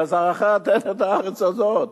לזרעך אתן את הארץ הזאת.